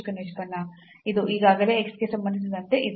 ಅದು ಈಗಾಗಲೇ x ಗೆ ಸಂಬಂಧಿಸಿದಂತೆ ಇತ್ತು